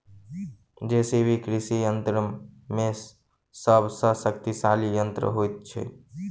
JCB कृषि यंत्र मे सभ सॅ शक्तिशाली यंत्र होइत छै